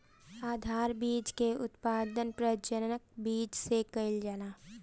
आधार बीज के उत्पादन प्रजनक बीज से कईल जाला